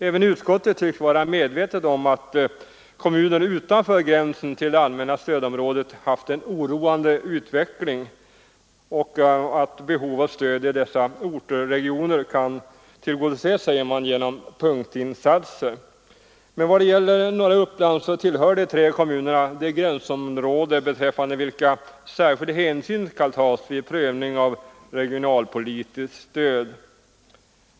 Även utskottet tycks vara medvetet om att kommuner utanför gränsen till det allmänna stödområdet har haft en oroande utveckling och att behov av stöd i dessa orter och regioner kan tillgodoses genom punktinsatser. De tre kommunerna i norra Uppland tillhör det gränsområde beträffande vilket särskild hänsyn skall tas vid prövning av regionalpolitiskt stöd.